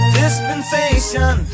dispensation